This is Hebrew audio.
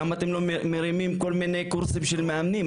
למה אתם לא מרימים כל מיני קורסים של מאמנים?